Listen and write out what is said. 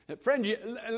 friend